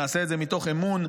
נעשה את זה מתוך אמון,